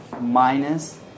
minus